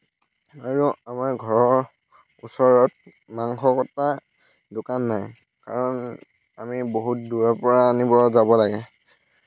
আৰু আমাৰ ঘৰৰ ওচৰত মাংস কটা দোকান নাই কাৰণ আমি বহুত দূৰৰ পৰা আনিব যাব লাগে